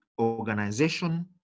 organization